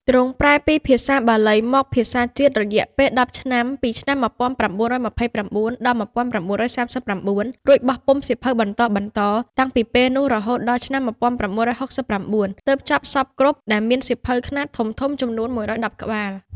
ទ្រង់ប្រែពីភាសា បាលី មកភាសាជាតិរយៈពេល១០ឆ្នាំ ពីឆ្នាំ ១៩២៩-១៩៣៩ រួចបោះពុម្ពសៀវភៅបន្តៗ តាំងពីពេលនោះរហូតដល់ឆ្នាំ១៩៦៩ ទើបចប់សព្វគ្រប់ដែលមានសៀវភៅខ្នាតធំៗចំនួន ១១០ ក្បាល ។